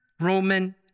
Roman